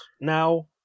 now